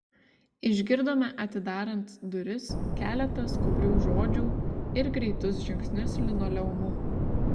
išgirdome atidarant duris keletą skubrių žodžių ir greitus žingsnius linoleumu